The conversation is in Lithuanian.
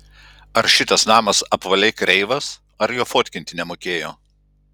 ar šitas namas apvaliai kreivas ar jo fotkinti nemokėjo